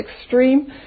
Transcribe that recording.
extreme